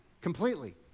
Completely